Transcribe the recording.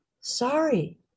sorry